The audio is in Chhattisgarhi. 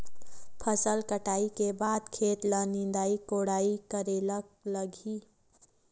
फसल कटाई के बाद खेत ल निंदाई कोडाई करेला लगही?